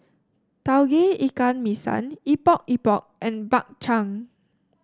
Tauge Ikan Masin Epok Epok and Bak Chang